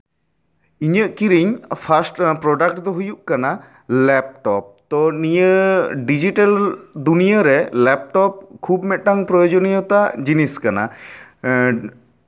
ᱤᱧᱟᱹᱜ ᱠᱤᱨᱤᱧ first product ᱫᱚ ᱦᱩᱭᱩᱜ ᱠᱟᱱᱟ ᱞᱮᱯᱴᱚᱯ ᱛᱳ ᱱᱤᱭᱟᱹᱰᱤᱡᱤᱴᱮᱞ ᱫᱩᱱᱭᱟᱹᱨᱮ ᱞᱮᱯᱴᱚᱯ ᱠᱷᱩᱵ ᱢᱤᱫᱴᱟᱝ ᱯᱨᱳᱭᱳᱡᱚᱱᱤᱭᱚᱛᱟ ᱡᱤᱱᱤᱥ ᱠᱟᱱᱟ